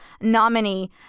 nominee